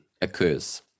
occurs